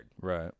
Right